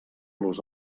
los